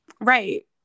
right